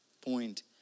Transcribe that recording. point